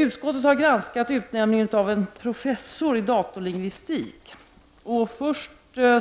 Utskottet har granskat utnämningen av en professor i datorlingvistik. Först